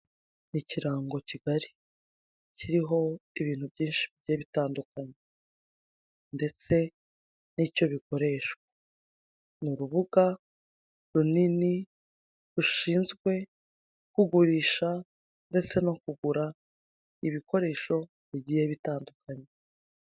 Ni ikirango kigari, kiriho ibintu byinshi bigiye bitandukanye ndetse n'icyo bikoreshwa, ni urubuga runini rushinzwe kugurisha ndetse no kugura ibikoresho bigiye bitandukanye.